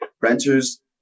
renters